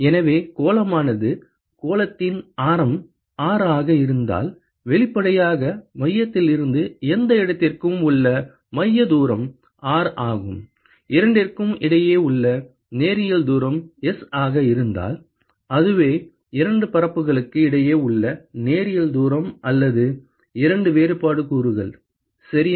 எனவே கோளமானது கோளத்தின் ஆரம் R ஆக இருந்தால் வெளிப்படையாக மையத்திலிருந்து எந்த இடத்திற்கும் உள்ள மைய தூரம் R ஆகும் இரண்டிற்கும் இடையே உள்ள நேரியல் தூரம் S ஆக இருந்தால் அதுவே இரண்டு பரப்புகளுக்கு இடையே உள்ள நேரியல் தூரம் அல்லது இரண்டு வேறுபாடு கூறுகள் சரியா